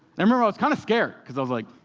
i remember i was kind of scared because i was like,